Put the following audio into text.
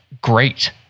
great